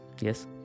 Yes